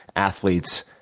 athletes,